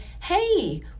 hey